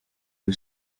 iri